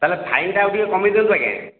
ତାହେଲେ ଫାଇନଟା ଆଉ ଟିକେ କମେଇ ଦିଅନ୍ତୁ ଆଜ୍ଞା